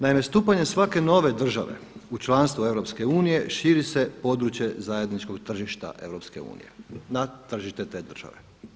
Naime, stupanjem svake nove države u članstvo EU širi se područje zajedničkog tržišta EU na tržište te države.